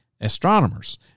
astronomers